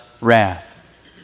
wrath